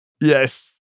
Yes